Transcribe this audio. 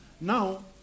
Now